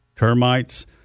Termites